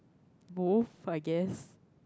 both I guess